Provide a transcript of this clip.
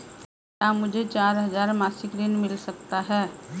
क्या मुझे चार हजार मासिक ऋण मिल सकता है?